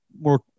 more